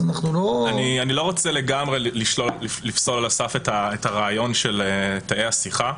אנחנו לא --- אני לא רוצה לגמרי לפסול על הסף את הרעיון של תאי השיחה.